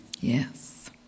Yes